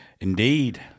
Indeed